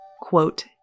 quote